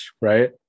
right